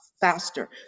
faster